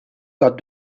got